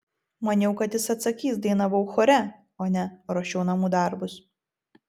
maniau kad jis atsakys dainavau chore o ne ruošiau namų darbus